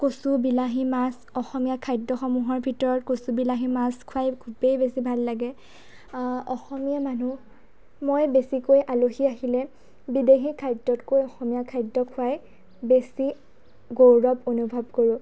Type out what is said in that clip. কচু বিলাহী মাছ অসমীয়া খাদ্য সমূহৰ ভিতৰত কচু বিলাহী মাছ খুৱাই খুবেই বেছি ভাল লাগে অসমীয়া মানুহ মই বেছিকৈ আলহী আহিলে বিদেশী খাদ্যতকৈ অসমীয়া খাদ্য খোৱাই বেছি গৌৰৱ অনুভৱ কৰোঁ